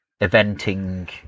eventing